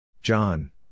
John